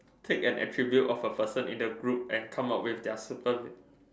take an attribute of a person in the group and come up with their super